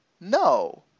no